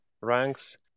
ranks